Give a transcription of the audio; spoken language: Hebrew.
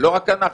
לא רק אנחנו,